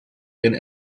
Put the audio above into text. ihren